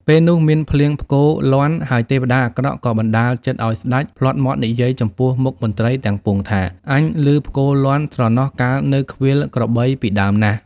ពេលនោះ មានភ្លៀងផ្គរលាន់ ហើយទេវតាអាក្រក់ក៏បណ្ដាលចិត្តឲ្យស្តេចភ្លាត់មាត់និយាយចំពោះមុខមន្ត្រីទាំងពួងថា «អញឮផ្គរលាន់ ស្រណោះកាលនៅឃ្វាលក្របីពីដើមណាស់!»។